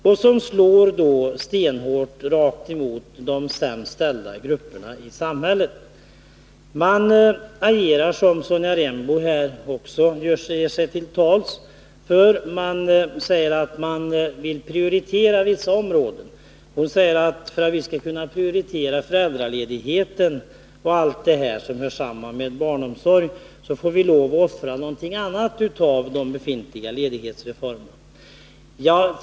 Detta slår stenhårt rakt emot de sämst ställda grupperna i samhället. Man agerar som Sonja Rembo här har gjort och säger att man vill prioritera vissa områden. För att vi skall kunna prioritera föräldraledighet och allt det som hör samman med barnomsorg får vi lov att offra någonting annat av de befintliga ledighetsförmånerna, säger hon.